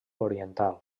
oriental